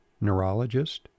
neurologist